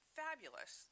fabulous